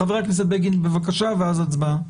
חבר הכנסת בגין, בבקשה, ואז הצבעה.